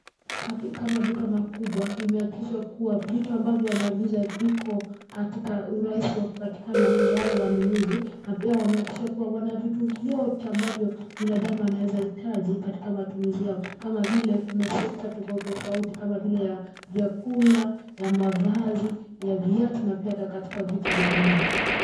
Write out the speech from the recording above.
Katika maduka makubwa imehakikisha kuwa vitu ambavyo wanaviuza viko katika urahisi wa kupatikana na wale wanunuzi na pia wameakikisha kuwa wana vitu vyote ambavyo binadamu anaweza hitaji katika matumizi yao kama vile kuna sekta tofauti kama vile ya vyakula, ya mavazi, ya viatu na pia katika vitu vya nyumba.